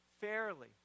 Fairly